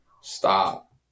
stop